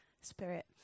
Spirit